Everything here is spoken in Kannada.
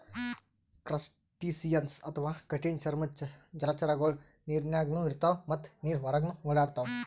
ಕ್ರಸ್ಟಸಿಯನ್ಸ್ ಅಥವಾ ಕಠಿಣ್ ಚರ್ಮದ್ದ್ ಜಲಚರಗೊಳು ನೀರಿನಾಗ್ನು ಇರ್ತವ್ ಮತ್ತ್ ನೀರ್ ಹೊರಗನ್ನು ಓಡಾಡ್ತವಾ